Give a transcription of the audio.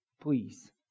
Please